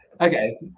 Okay